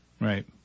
Right